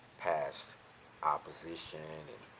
past opposition and